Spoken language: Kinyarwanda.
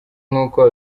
nk’uko